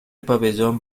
pabellón